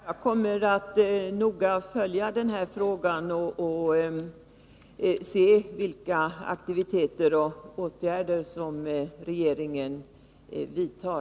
Herr talman! Jag kommer att noga följa den här frågan och se vilka aktiviteter och åtgärder som regeringen vidtar.